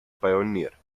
pioneer